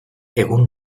egun